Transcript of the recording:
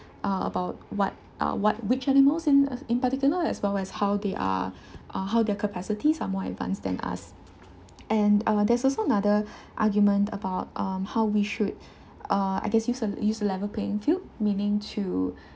uh about what uh what which animals in in particular as well as how they are uh how their capacities are more advanced than us and uh there's also another argument about um how we should uh I guess use a use a level playing field meaning to